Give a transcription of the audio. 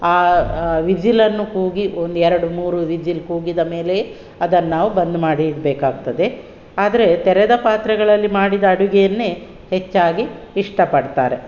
ಆ ಆ ವಿಝಿಲನ್ನು ಕೂಗಿ ಒಂದೆರಡು ಮೂರು ವಿಝಿಲ್ ಕೂಗಿದ ಮೇಲೆಯೇ ಅದನ್ನು ನಾವು ಬಂದ್ ಮಾಡಿ ಇಡಬೇಕಾಗ್ತದೆ ಆದರೆ ತೆರೆದ ಪಾತ್ರೆಗಳಲ್ಲಿ ಮಾಡಿದ ಅಡುಗೆಯನ್ನೆ ಹೆಚ್ಚಾಗಿ ಇಷ್ಟಪಡ್ತಾರೆ